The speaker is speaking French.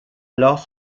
alors